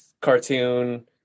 cartoon